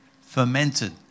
fermented